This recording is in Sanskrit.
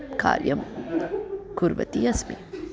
कार्यं कुर्वती अस्मि